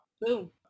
Boom